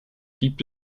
gibt